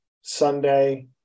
sunday